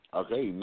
okay